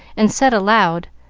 and said aloud,